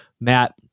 matt